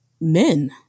men